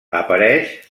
apareix